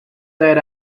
that